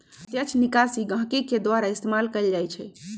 प्रत्यक्ष निकासी गहकी के द्वारा इस्तेमाल कएल जाई छई